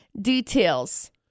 details